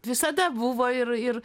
visada buvo ir ir